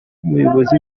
umuyobozi